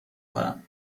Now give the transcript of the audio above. کنم